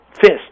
fist